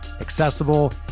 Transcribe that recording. accessible